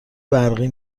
برقی